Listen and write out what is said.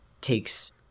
takes